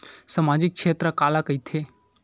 सामजिक क्षेत्र काला कइथे?